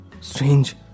Strange